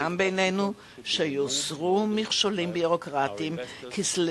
והוסכם בינינו שיוסרו מכשולים ביורוקרטיים כדי